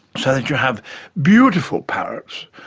so that you have beautiful parrots,